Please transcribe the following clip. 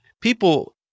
people